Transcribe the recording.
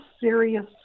serious